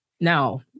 Now